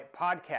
podcast